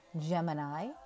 Gemini